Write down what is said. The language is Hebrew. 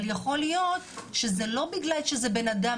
אבל יכול להיות שזה לא בגלל שזה בן אדם